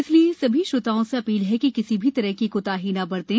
इसलिए सभी श्रोताओं से अपील है कि किसी भी तरह की कोताही न बरतें